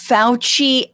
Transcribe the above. Fauci